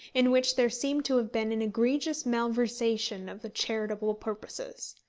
in which there seemed to have been an egregious malversation of charitable purposes.